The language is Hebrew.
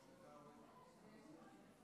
אני חושבת,